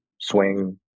swing